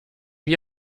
wie